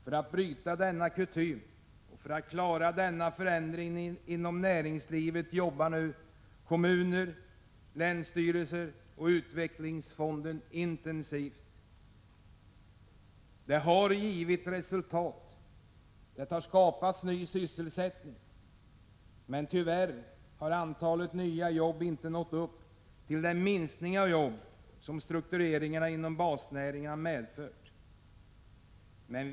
För att bryta denna kutym och för att klara denna förändring inom näringslivet jobbar nu kommuner, länsstyrelser och utvecklingsfonden intensivt. Det har givit resultat, det har skapats ny sysselsättning, men tyvärr har antalet nya jobb inte motsvarat den minskning av jobb som struktureringarna inom basnäringarna medfört.